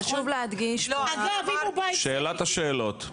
שאלת השאלות.